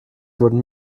wurden